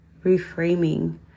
reframing